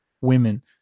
women